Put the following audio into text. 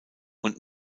und